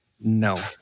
No